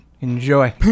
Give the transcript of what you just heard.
Enjoy